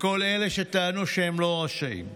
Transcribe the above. לכל אלה שטענו שהם לא רשאים.